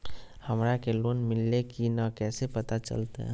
हमरा के लोन मिल्ले की न कैसे पता चलते?